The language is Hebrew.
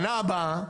שנה הבאה,